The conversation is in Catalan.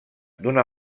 d’una